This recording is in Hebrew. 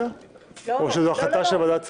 היחידה או שזו החלטה של ועדה ציבורית?